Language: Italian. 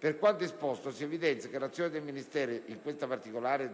Per quanto sopra esposto si evidenzia che l'azione di questo Ministero in questa particolare